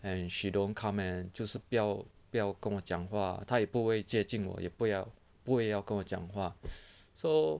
and she don't come and 就是不要不要跟我讲话他也不会接近我也不要不会要跟我讲话 so